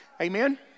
Amen